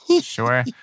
Sure